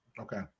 Okay